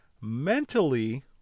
Mentally